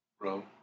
Bro